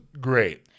great